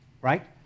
Right